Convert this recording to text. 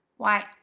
why,